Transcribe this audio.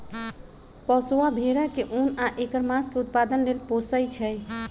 पोशौआ भेड़ा के उन आ ऐकर मास के उत्पादन लेल पोशइ छइ